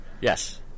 Yes